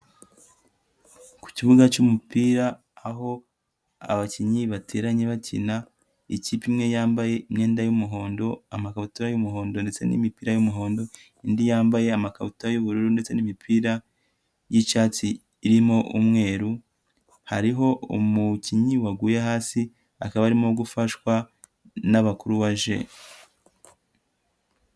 Ku kibuga cy'umupira aho abakinnyi bateranye bakina, ikipe imwe yambaye imyenda y'umuhondo, amakabutura y'umuhondo ndetse n'imipira y'umuhondo. Indi yambaye amakabutura y'ubururu ndetse n'imipira y'icyatsi irimo umweru, hariho umukinnyi waguye hasi akaba arimo gufashwa n'abakuruwaje.